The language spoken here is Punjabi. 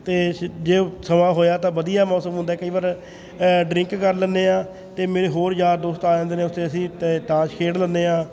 ਅਤੇ ਸ਼ ਜੇ ਸਮਾਂ ਹੋਇਆ ਤਾਂ ਵਧੀਆ ਮੌਸਮ ਹੁੰਦਾ ਕਈ ਵਾਰ ਡਰਿੰਕ ਕਰ ਲੈਂਦੇ ਹਾਂ ਅਤੇ ਮੇਰੇ ਹੋਰ ਯਾਰ ਦੋਸਤ ਆ ਜਾਂਦੇ ਨੇ ਉੱਥੇ ਅਸੀਂ ਤ ਤਾਸ਼ ਖੇਡ ਲੈਂਦੇ ਹਾਂ